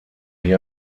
wie